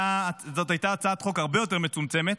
זאת הייתה הצעת חוק הרבה יותר מצומצמת,